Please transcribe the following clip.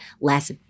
less